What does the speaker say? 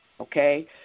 okay